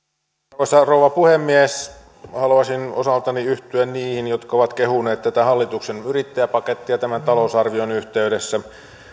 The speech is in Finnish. arvoisa rouva puhemies haluaisin osaltani yhtyä niihin jotka ovat kehuneet tätä hallituksen yrittäjäpakettia tämän talousarvion yhteydessä